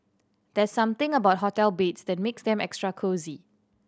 there's something about hotel beds that makes them extra cosy